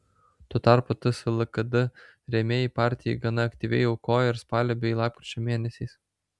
tuo tarpu ts lkd rėmėjai partijai gana aktyviai aukojo ir spalio bei lapkričio mėnesiais